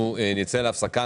אנחנו נצא להפסקה.